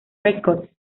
records